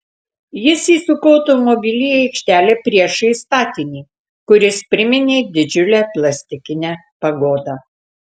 jis įsuko automobilį į aikštelę priešais statinį kuris priminė didžiulę plastikinę pagodą